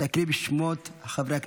בבקשה להקריא את שמות חברי הכנסת.